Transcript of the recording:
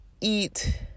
eat